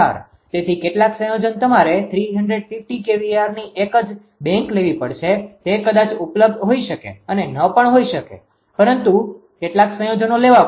તેથી કેટલાક સંયોજન તમારે 350 kVArની એક જ બેંક લેવી પડશે તે કદાચ ઉપલબ્ધ હોઈ શકે અને ન પણ હોઇ શકે પરંતુ કેટલાક સંયોજનો લેવા પડશે